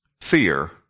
fear